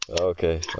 Okay